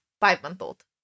five-month-old